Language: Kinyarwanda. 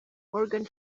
morgan